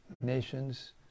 Nations